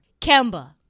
Kemba